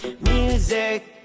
music